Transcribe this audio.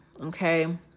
okay